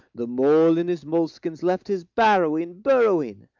the mole in his moleskins left his barrowing burrowing.